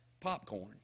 popcorn